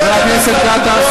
חבר הכנסת גטאס,